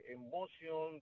emotion